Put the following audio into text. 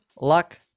luck